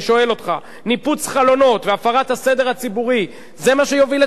ניפוץ חלונות והפרת הסדר הציבורי זה מה שיביא לצדק חברתי?